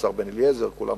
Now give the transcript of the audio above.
השר בן-אליעזר וכל האחרים.